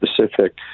specific